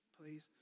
please